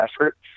effort